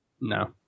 No